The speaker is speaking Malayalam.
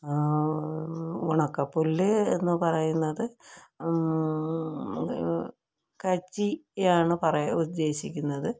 ഉണക്ക പുല്ല് എന്ന് പറയുന്നത് കച്ചിയാണ് പറയാൻ ഉദ്ദേശിക്കുന്നത്